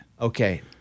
Okay